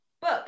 book